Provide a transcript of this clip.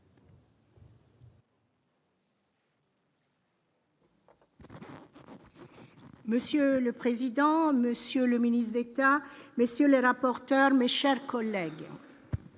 Monsieur le président, monsieur le ministre d'hectares, monsieur le rapporteur, mes chers collègues.